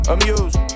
Amused